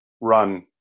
run